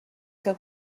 que